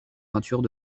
peintures